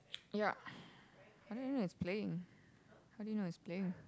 yeah how do you know it's playing how do you know it's playing